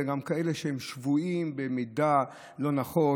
שהם שבויים במידע לא נכון,